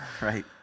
Right